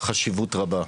חשיבות רבה.